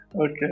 okay